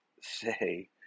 say